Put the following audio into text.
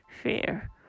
fear